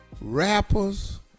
rappers